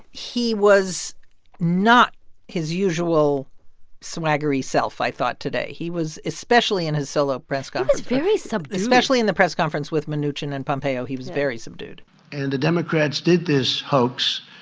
he was not his usual swaggery self, i thought, today. he was especially in his solo press like um conference very subdued. especially in the press conference with mnuchin and pompeo, he was very subdued and the democrats did this hoax